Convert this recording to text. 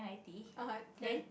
ah !huh! then